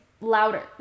louder